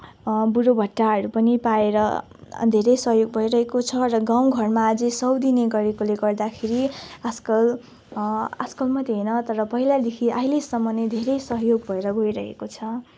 बुढो भत्ताहरू पनि पाएर धेरै सहयोग भइरहेको छ र गाउँ घरमा अझै सय दिने गरेकोले गर्दाखेरि आजकल आजकल मात्रै होइन तर पहिलादेखि आहिलेसम्म नै धेरै सहयोग भएर गइरहेको छ